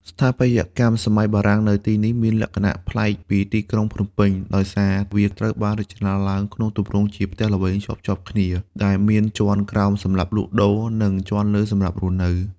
ស្ថាបត្យកម្មសម័យបារាំងនៅទីនេះមានលក្ខណៈប្លែកពីទីក្រុងភ្នំពេញ ដោយសារវាត្រូវបានរចនាឡើងក្នុងទម្រង់ជាផ្ទះល្វែងជាប់ៗគ្នា ដែលមានជាន់ក្រោមសម្រាប់លក់ដូរ និងជាន់លើសម្រាប់រស់នៅ។